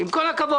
עם כל הכבוד,